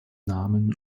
namen